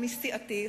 מסיעתי,